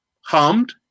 harmed